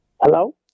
Hello